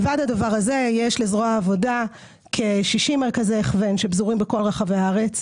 לבד מזה יש לזרוע העבודה כ-60 מרכזי הכוון שפזורים בכל רחבי הארץ,